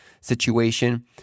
situation